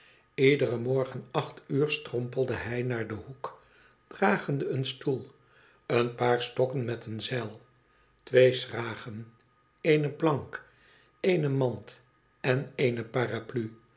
lederen morgen acht uur strompelde hij naar den hoek dragende een stoel een paar stokken met een zeil twee schragen eene plank eene mand en eene paraplu